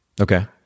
Okay